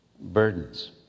burdens